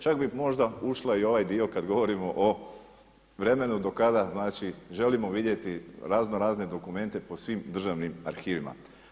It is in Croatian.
Čak bi možda ušla i u ovaj dio kad govorimo o vremenu do kada, znači želimo vidjeti razno razne dokumente po svim državnim arhivima.